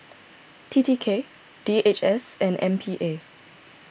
T T K D H S and M P A